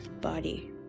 body